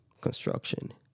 construction